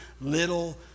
little